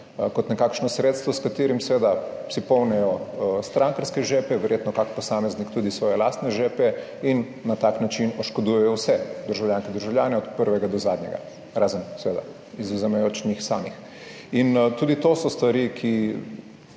kot nekakšno sredstvo s katerim seveda si polnijo strankarske žepe, verjetno kak posameznik tudi svoje lastne žepe in na tak način oškodujejo vse državljanke in državljane, od prvega do zadnjega, razen seveda izvzemajoč njih samih. In tudi to so stvari, ki